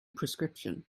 prescription